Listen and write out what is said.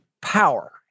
power